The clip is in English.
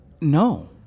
No